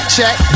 Check